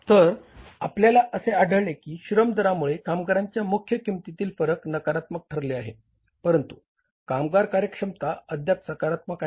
तर आपल्याला असे आढळले की श्रम दरामुळे कामगारांच्या मुख्य किंमतीत फरक नकारात्मक ठरले आहे परंतु कामगार कार्यक्षमता अद्याप सकारात्मक आहे